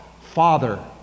Father